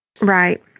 Right